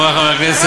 חברי חברי הכנסת,